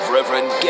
Reverend